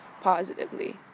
positively